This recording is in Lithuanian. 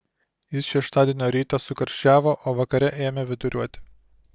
jis šeštadienio rytą sukarščiavo o vakare ėmė viduriuoti